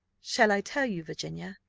shall i tell you, virginia?